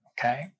Okay